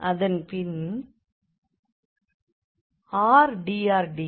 அதன் பின் r dr dθ